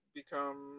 become